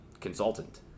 consultant